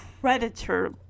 predator